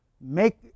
make